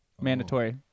Mandatory